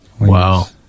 Wow